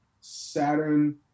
Saturn